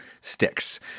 sticks